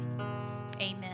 Amen